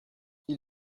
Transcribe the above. ils